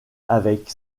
avec